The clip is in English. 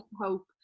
hope